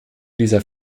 dieser